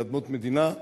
שזה אדמות מדינה,